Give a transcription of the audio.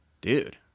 dude